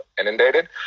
inundated